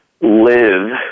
live